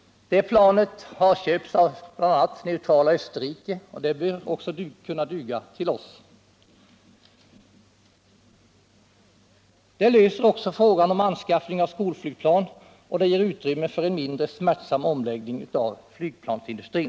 Det planet har köpts av bl.a. det neutrala Österrike, och det bör kunna duga också för oss. Det löser också frågan om anskaffning av skolflygplan och ger utrymme för en mindre smärtsam omläggning av flygplansindustrin.